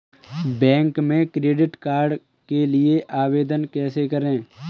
Bank में credit card के लिए आवेदन कैसे करें?